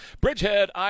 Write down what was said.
Bridgehead